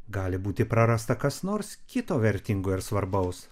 gali būti prarasta kas nors kito vertingo ir svarbaus